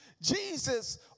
Jesus